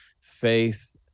faith